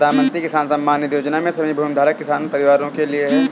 प्रधानमंत्री किसान सम्मान निधि योजना सभी भूमिधारक किसान परिवारों के लिए है